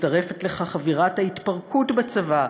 מצטרפת לכך אווירת ההתפרקות בצבא,